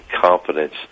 confidence